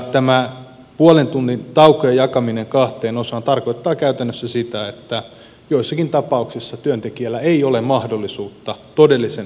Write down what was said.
tämä puolen tunnin taukojen jakaminen kahteen osaan tarkoittaa käytännössä sitä että joissakin tapauksissa työntekijällä ei ole mahdollisuutta todellisen tauon pitoon